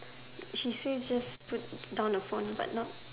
she say just put down the phone but not